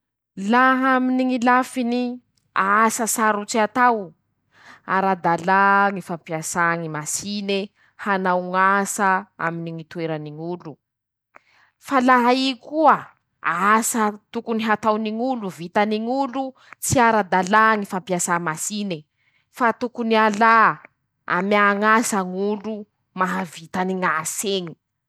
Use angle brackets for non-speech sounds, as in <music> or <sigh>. Laha aminy ñy lafiny asa, sarotsy atao ara-dàla ñy fampiasà ñy masine hanao ñ'asa aminy ñy toerany ñ'olo; <shushes> fa laha i <shushes> koa asa tokony hataony ñ'olo ,vitany ñ'olo, tsy <shushes> ara-dàla ñyfampiasà masine fa tokony alà, amea ñ'asa ñ'olo mahavitany ñ'asa eñe<...>.